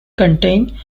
contain